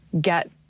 get